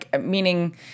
Meaning